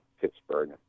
Pittsburgh